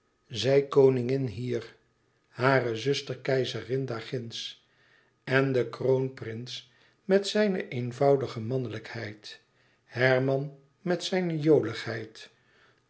zij koningin hier hare zuster keizerin daarginds en de kroonprins met zijne eenvoudige mannelijkheid herman met zijne